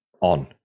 on